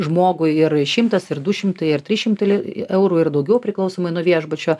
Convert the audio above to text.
žmogui ir šimtas ir du šimtai ir trys šimtai li eurų ir daugiau priklausomai nuo viešbučio